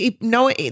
no